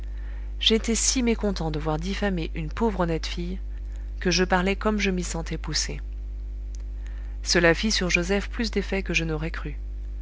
j'étais si mécontent de voir diffamer une pauvre honnête fille que je parlais comme je m'y sentais poussé cela fit sur joseph plus d'effet que je n'aurais cru